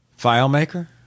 FileMaker